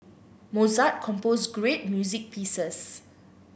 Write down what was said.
Mozart composed great music pieces